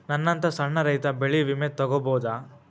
ನನ್ನಂತಾ ಸಣ್ಣ ರೈತ ಬೆಳಿ ವಿಮೆ ತೊಗೊಬೋದ?